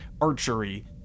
archery